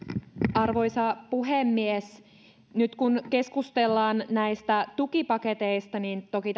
arvoisa puhemies nyt kun keskustellaan näistä tukipaketeista niin toki